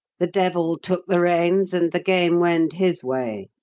the devil took the reins and the game went his way.